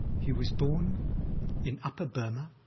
he was born in upper burma,